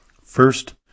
First